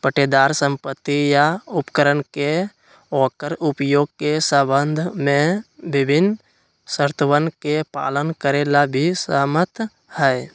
पट्टेदार संपत्ति या उपकरण के ओकर उपयोग के संबंध में विभिन्न शर्तोवन के पालन करे ला भी सहमत हई